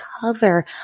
cover